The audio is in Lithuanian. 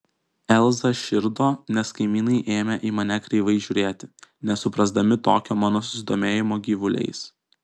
elza širdo nes kaimynai ėmė į mane kreivai žiūrėti nesuprasdami tokio mano susidomėjimo gyvuliais